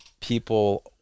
people